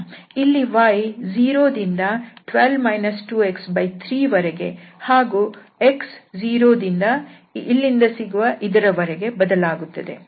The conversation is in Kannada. ಇಲ್ಲಿ y 0 ದಿಂದ 12 2x3 ವರೆಗೆ ಹಾಗೂ x 0 ದಿಂದ ಇಲ್ಲಿಂದ ಸಿಗುವ ಇದರ ವರೆಗೆ ಬದಲಾಗುತ್ತದೆ